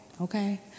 okay